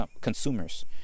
consumers